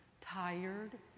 tired